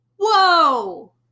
whoa